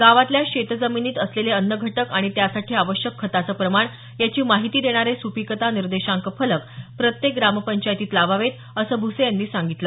गावातल्या शेतजमिनीत असलेले अन्न घटक आणि त्यासाठी आवश्यक खताचं प्रमाण याची माहिती देणारे सुपिकता निर्देशांक फलक प्रत्येक ग्रामपंचायतीत लावावेत असं भूसे यांनी सांगितलं